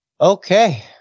Okay